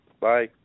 Bye